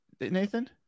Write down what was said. Nathan